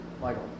Michael